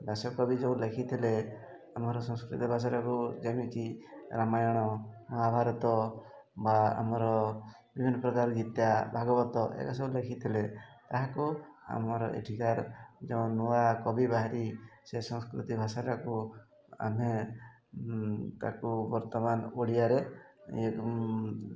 ବ୍ୟାସକବି ଯେଉଁ ଲେଖିଥିଲେ ଆମର ସଂସ୍କୃତି ଭାଷାଟାକୁ ଯେମିତି ରାମାୟଣ ମହାଭାରତ ବା ଆମର ବିଭିନ୍ନ ପ୍ରକାର ଗୀତା ଭାଗବତ ଏଗୁଡିକୁ ସବୁ ଲେଖିଥିଲେ ତାହାକୁ ଆମର ଏଠିକାର ଯେଉଁ ନୂଆ କବି ବାହାରି ସେ ସଂସ୍କୃତି ଭାଷାଟାକୁ ଆମେ ତାକୁ ବର୍ତ୍ତମାନ ଓଡ଼ିଆରେ